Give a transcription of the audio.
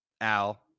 Al